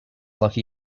lucky